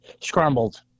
scrambled